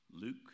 Luke